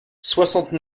soixante